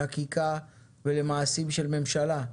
לחקיקה ולמעשים של ממשלה.